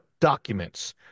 documents